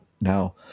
Now